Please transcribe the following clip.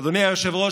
אדוני היושב-ראש,